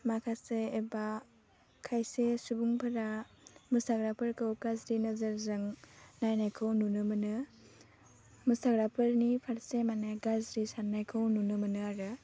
माखासे एबा खायसे सुबुंफोरा मोसाग्राफोरखौ गाज्रि नोजोरजों नायनायखौ नुनो मोनो मोसाग्राफोरनि फारसे माने गाज्रि साननायखौ नुनो मोनो आरो